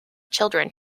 children